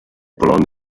colonne